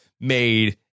made